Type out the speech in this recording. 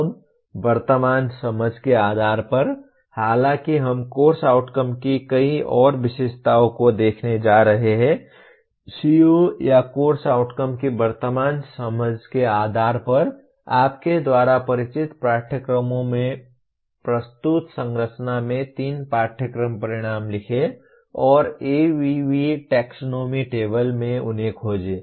अब वर्तमान समझ के आधार पर हालांकि हम कोर्स आउटकम की कई और विशेषताओं को देखने जा रहे हैं CO या कोर्स आउटकम की वर्तमान समझ के आधार पर आपके द्वारा परिचित पाठ्यक्रमों से प्रस्तुत संरचना में तीन पाठ्यक्रम परिणाम लिखें और ABV टैक्सोनॉमी टेबल में उन्हें खोजें